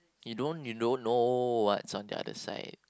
you don't you don't know what's on the other side